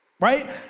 Right